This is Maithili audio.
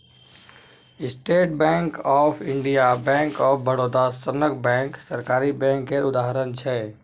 state bank of India, bank of Baroda सनक बैंक सरकारी बैंक केर उदाहरण छै